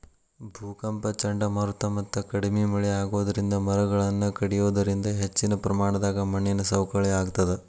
ಭೂಕಂಪ ಚಂಡಮಾರುತ ಮತ್ತ ಕಡಿಮಿ ಮಳೆ ಆಗೋದರಿಂದ ಮರಗಳನ್ನ ಕಡಿಯೋದರಿಂದ ಹೆಚ್ಚಿನ ಪ್ರಮಾಣದಾಗ ಮಣ್ಣಿನ ಸವಕಳಿ ಆಗ್ತದ